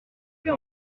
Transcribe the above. plus